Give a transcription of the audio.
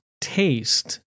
taste